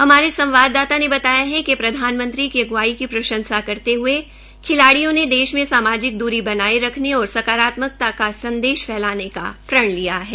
हमारे संवाददाता ने बताया है कि प्रधानमंत्री की अग्वाई की प्रंशसा करते हये खिलाड्रियों ने देश में सामाजिक दूरी बनाये रखने और सकारात्क का संदश फैलाने का प्रण लिया है